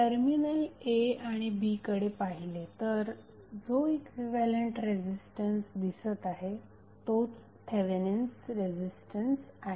terminal a आणि b कडे पाहिले तर जो इक्विव्हॅलेंट रेझिस्टन्स दिसत आहे तोच थेवेनिन्स रेझिस्टन्स आहे